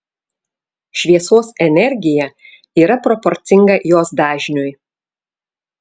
šviesos energija yra proporcinga jos dažniui